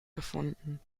gefunden